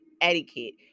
etiquette